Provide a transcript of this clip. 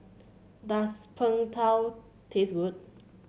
does Png Tao taste good